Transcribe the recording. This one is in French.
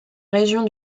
région